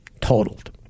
totaled